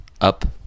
up